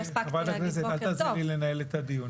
חברת הכנסת לסקי, אל תעזרי לי לנהל את הדיון.